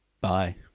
Bye